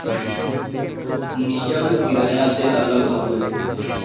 नियम किराया से अलग हउवे